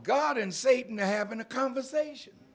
god and satan having a conversation